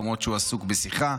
למרות שהוא עסוק בשיחה.